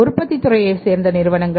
உற்பத்தித் துறையைச் சேர்ந்த நிறுவனங்கள்